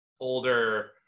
older